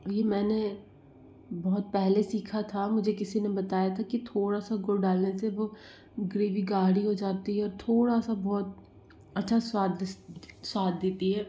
यह मैंने बहुत पहले सीखा था मुझे किसी ने बताया था कि थोड़ा सा गुड़ डालने से वह ग्रेवी गाढ़ी हो जाती है और थोड़ा सा बहुत अच्छा स्वाद स्वाद देती है